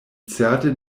certe